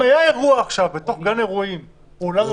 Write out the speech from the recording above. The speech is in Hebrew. אירוע בתוך גן אירועים או אולם אירועים,